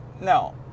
no